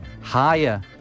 Higher